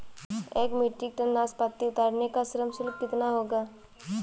एक metric ton नाशपाती उतारने का श्रम शुल्क कितना होगा?